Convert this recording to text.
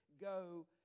go